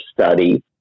study